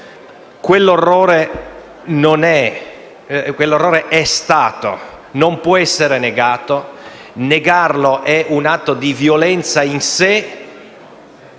quell'orrore è stato e non può essere negato, e negarlo è un atto di violenza in sé.